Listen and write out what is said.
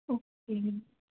okay